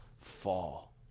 fall